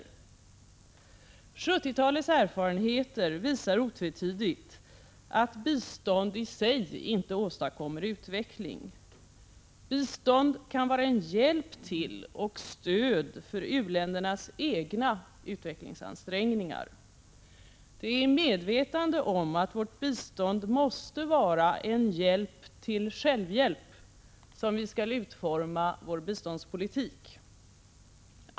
1970-talets erfarenheter visar otvetydigt att bistånd i sig inte åstadkommer utveckling. Bistånd kan vara en hjälp till och stöd för u-ländernas egna utvecklingsansträngningar. Det är i medvetande om att vårt bistånd måste vara en hjälp till självhjälp som vi skall utforma vår biståndspolitik.